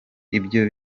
ibyo